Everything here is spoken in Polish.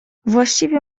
właściwie